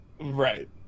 Right